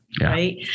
right